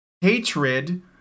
Hatred